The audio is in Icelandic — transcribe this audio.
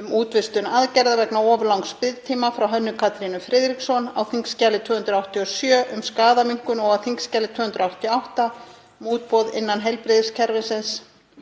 um útvistun aðgerða vegna of langs biðtíma, frá Hönnu Katrínu Friðriksson, á þskj. 287, um skaðaminnkun, og á þskj. 288, um útboð innan heilbrigðiskerfisins,